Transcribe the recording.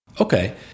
Okay